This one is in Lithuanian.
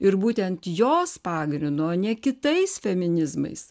ir būtent jos pagrindu o ne kitais feminizmais